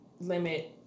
limit